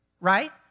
right